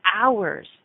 hours